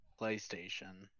playstation